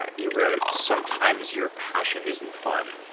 ah you wrote, sometimes your passion isn't fun.